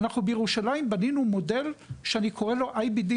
אנחנו בירושלים בנינו מודל שאני קורא לוfamily IBD,